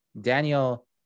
Daniel